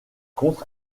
contre